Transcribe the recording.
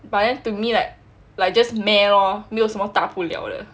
but then to me like like just meh lor 没有什么大不了